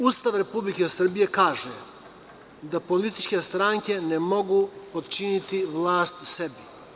Ustav Republike Srbije kaže da političke stranke ne mogu potčiniti vlast sebi.